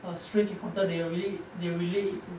a strange encounter they will relay they will relay it to